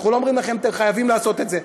אנחנו לא אומרים להם: אתם חייבים לעשות את זה,